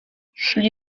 szli